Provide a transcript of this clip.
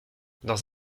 dans